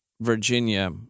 Virginia